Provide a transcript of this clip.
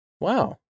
Wow